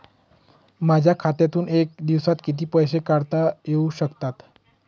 माझ्या खात्यातून एका दिवसात किती पैसे काढता येऊ शकतात?